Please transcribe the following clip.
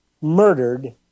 murdered